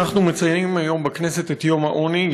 אנחנו מציינים היום בכנסת את יום העוני,